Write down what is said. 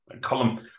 Column